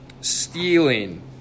stealing